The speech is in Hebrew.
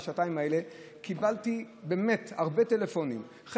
בשעתיים האלה קיבלתי באמת הרבה טלפונים,